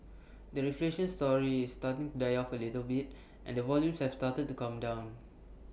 the reflation story is starting die off A little bit and the volumes have started to come down